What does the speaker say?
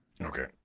Okay